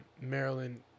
Maryland